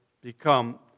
become